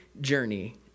journey